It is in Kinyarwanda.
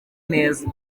neza